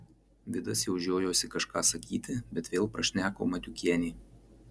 vidas jau žiojosi kažką sakyti bet vėl prašneko matiukienė